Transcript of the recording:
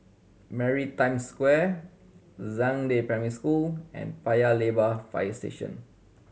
Maritime Square Zhangde Primary School and Paya Lebar Fire Station